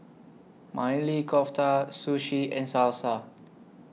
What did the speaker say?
Maili Kofta Sushi and Salsa